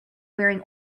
wearing